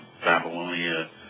Babylonia